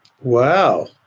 wow